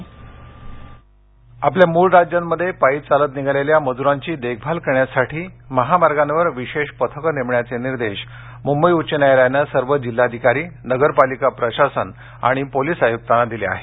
पथकं नेमा आपल्या मूळ राज्यांमध्ये पायी चालत निघालेल्या मज़्रांची देखभाल ठेवण्यासाठी महामार्गांवर विशेष पथकं नेमण्याचे निर्देश मुंबई उच्च न्यायालयानं सर्व जिल्हाधिकारी नगरपालिका प्रशासनं आणि पोलीस आयुक्तांना दिले आहेत